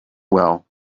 well